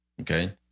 Okay